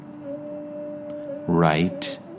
Right